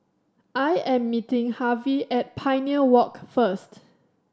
I am meeting Harvy at Pioneer Walk first